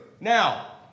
Now